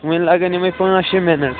وٕنۍ لَگَن یِمَے پانٛژھ شےٚ مِنٹ